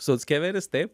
suckeveris taip